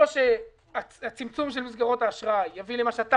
או שהצמצום של מסגרות האשראי יביא למה שאתה